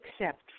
accept